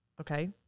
okay